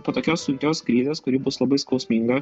po tokios sunkios krizės kuri bus labai skausminga